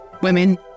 women